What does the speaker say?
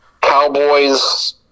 Cowboys